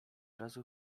razu